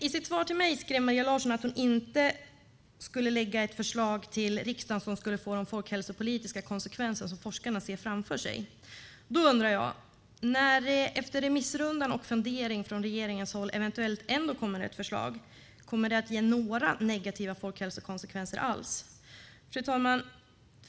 I sitt svar till mig skrev Maria Larsson att hon inte skulle lägga fram ett förslag till riksdagen som skulle få de folkhälsopolitiska konsekvenser som forskarna ser framför sig. Då undrar jag: När det efter remissrundan och fundering från regeringens håll eventuellt ändå kommer ett förslag, kommer det att ge några negativa folkhälsokonsekvenser alls?